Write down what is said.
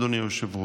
אדוני היושב-ראש,